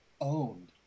owned